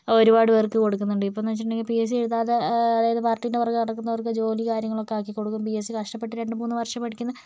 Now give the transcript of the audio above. ഒരുപാട് പേർക്ക് കൊടുക്കുന്നുണ്ട് ഇപ്പം എന്ന് വെച്ചിട്ടുണ്ടെങ്കിൽ പി എസ് സി എഴുതാതെ അതായത് പാർട്ടീൻ്റെ പുറകെ നടക്കുന്നവർക്ക് ജോലി കാര്യങ്ങളൊക്കെ ആക്കി കൊടുക്കും പി എസ് സി കഷ്ടപ്പെട്ട് രണ്ടു മൂന്നു വർഷം പഠിക്കുന്ന